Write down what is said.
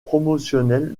promotionnel